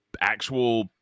actual